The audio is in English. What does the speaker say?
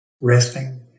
resting